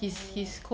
oh